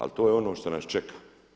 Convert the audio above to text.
A to je ono što nas čeka.